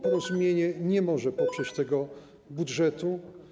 Porozumienie nie może poprzeć tego budżetu.